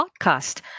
podcast